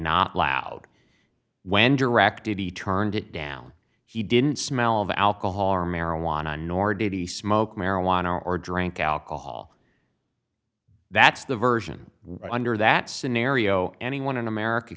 lash out when directed he turned it down he didn't smell of alcohol or marijuana nor did he smoke marijuana or drank alcohol that's the version under that scenario anyone in america